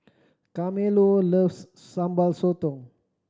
Carmelo loves Sambal Sotong